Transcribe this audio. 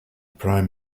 prime